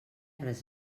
res